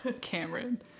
Cameron